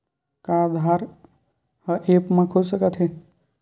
का आधार ह ऐप म खुल सकत हे?